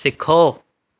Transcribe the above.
सिखो